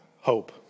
hope